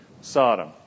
Sodom